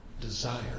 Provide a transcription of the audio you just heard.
desire